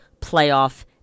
playoff